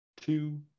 two